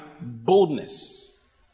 boldness